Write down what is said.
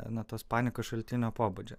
nuo tos panikos šaltinio pobūdžio